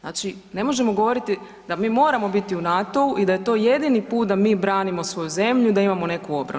Znači ne možemo govoriti da mi moramo biti u NATO-u i da je to jedini put da mi branimo svoju zemlju i da imamo neku obranu.